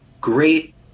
great